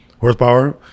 horsepower